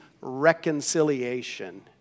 reconciliation